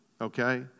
okay